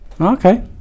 Okay